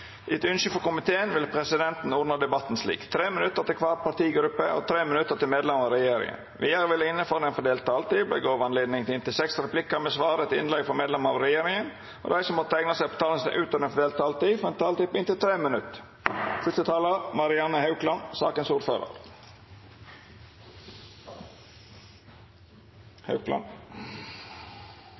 Etter ønske fra justiskomiteen vil presidenten ordne debatten slik: 5 minutter til hver partigruppe og 5 minutter til medlemmer av regjeringen. Videre vil det – innenfor den fordelte taletid – bli gitt anledning til inntil fem replikker med svar etter innlegg fra medlemmer av regjeringen, og de som måtte tegne seg på talerlisten utover den fordelte taletid, får en taletid på inntil 5 minutter. Første taler er Per-Willy Amundsen, for sakens ordfører,